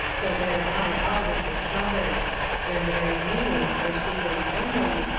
till thereby all was discovered their merry meetings, their secret assemblies,